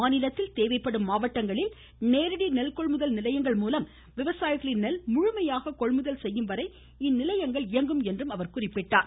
மாநிலத்தில் தேவைப்படும் மாவட்டங்களில் நேரடி நெல்கொள்முதல் நிலையம் மூலம் விவசாயிகளின் நெல் முழுமையாக கொள்முதல் செய்யும்வரை இந்நிலையங்கள் இயங்கும் என்றார்